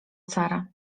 sara